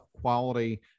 quality